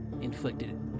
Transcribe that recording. inflicted